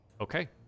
Okay